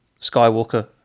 Skywalker